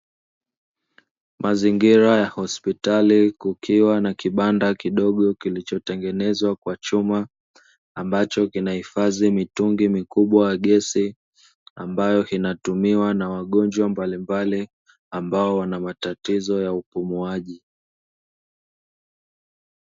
Mazingira ya hospitali kukiwa na kibanda kidogo kilichotengenezwa kwa chuma, ambacho kinahifadhi mitungi mikubwa ya gesi , ambayo inatumiwa na wagonjwa mbalimbali ambao wanamatatizo ya upumuaji.